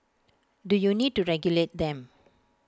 do you need to regulate them